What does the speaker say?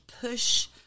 push